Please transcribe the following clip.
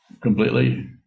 completely